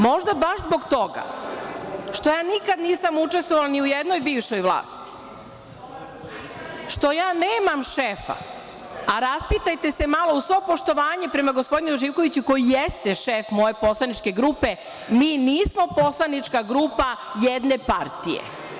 Možda baš zbog toga što ja nikad nisam učestvovala ni u jednoj bivšoj vlasti, što ja nemam šefa, a raspitajte se malo, uz svo poštovanje prema gospodinu Živkoviću, koji jeste šef koje poslaničke grupe, mi nismo poslanička grupa jedne partije.